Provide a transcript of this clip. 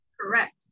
Correct